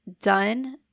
done